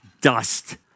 dust